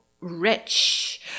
rich